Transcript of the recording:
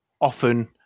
often